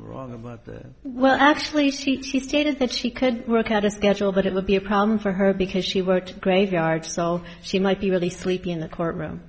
wrong about that well actually she stated that she could work out a schedule but it would be a problem for her because she worked graveyard so she might be really sleepy in the court room